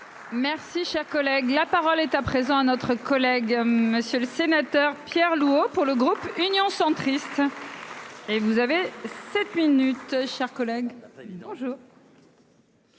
Merci, cher collègue, la parole est à présent à notre collègue monsieur le sénateur Pierre Louÿs au pour le groupe Union sans. Triste. Et vous avez 7 minutes. Chers collègue vidange.